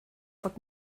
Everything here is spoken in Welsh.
bod